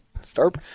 start